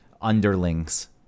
underlings